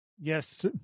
Yes